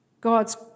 God's